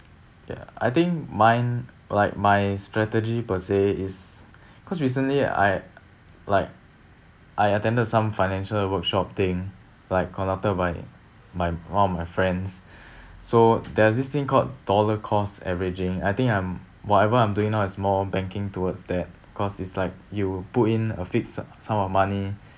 ya I think mine like my strategy per se is cause recently I like I attended some financial workshop thing like conducted by my one of my friends so there is this thing called dollar cost averaging I think I'm whatever I'm doing now is more banking towards that cause it's like you put in a fixed sum of money